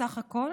בסך הכול